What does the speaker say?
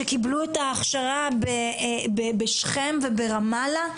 שקיבלו את ההכשרה בשם או ברמאללה,